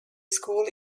school